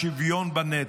בשוויון בנטל?